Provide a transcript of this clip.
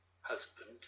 husband